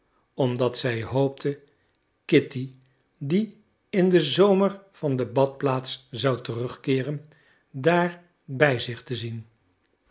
omdat zij hoopte kitty die in den zomer van de badplaats zou terugkeeren daar bij zich te zien